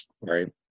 right